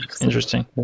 Interesting